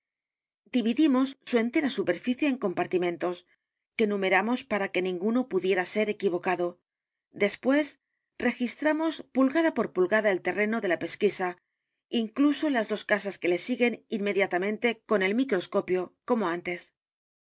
dividimos su entera superficie en compartimentos que numeramos para que ninguno pudiera ser equivocado después registramos pulgada por pulgada el terreno de la pesquisa incluso las dos casas que le siguen inmediatamente con el microscopio como antes las